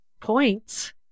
points